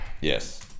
Yes